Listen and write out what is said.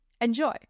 Enjoy